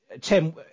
Tim